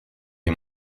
des